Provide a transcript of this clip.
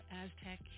aztec